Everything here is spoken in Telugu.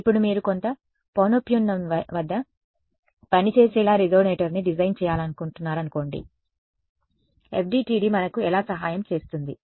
ఇప్పుడు మీరు కొంత పౌనఃపున్యం వద్ద పనిచేసేలా రెసొనేటర్ని డిజైన్ చేయాలనుకుంటున్నారనుకోండి FDTD మనకు ఎలా సహాయం చేస్తుంది